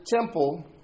temple